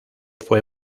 fue